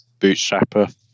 bootstrapper